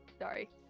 Sorry